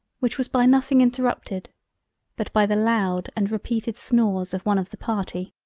which was by nothing interrupted but by the loud and repeated snores of one of the party.